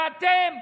ואתם,